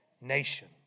nation